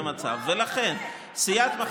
ולכן, אני מסביר.